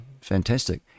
Fantastic